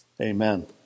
Amen